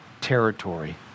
territory